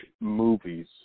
movies